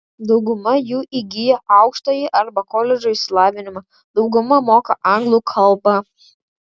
dauguma jų įgiję aukštąjį arba koledžo išsilavinimą dauguma moka anglų kalbą